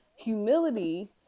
Humility